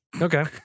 Okay